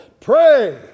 pray